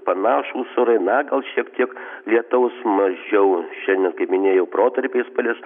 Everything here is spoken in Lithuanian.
panašūs orai na gal šiek tiek lietaus mažiau šiandien kaip minėjau protarpiais palis